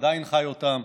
ועדיין חי אותם: